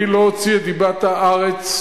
אני לא אוציא את דיבת הארץ,